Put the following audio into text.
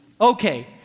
Okay